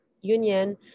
Union